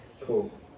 Cool